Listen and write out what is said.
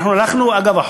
אגב,